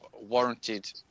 warranted